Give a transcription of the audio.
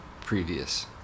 previous